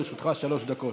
לרשותך שלוש דקות.